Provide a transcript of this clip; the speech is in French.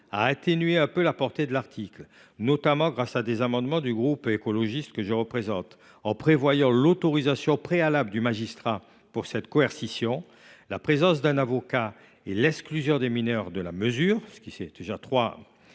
a atténué un peu la portée de l’article, notamment grâce à des amendements du groupe écologiste, en prévoyant l’autorisation préalable du magistrat pour cette coercition, la présence d’un avocat et l’exclusion des mineurs du champ de la mesure, nous considérons